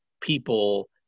people